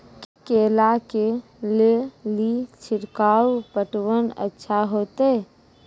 केला के ले ली छिड़काव पटवन अच्छा होते?